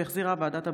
שהחזירה ועדת הבריאות.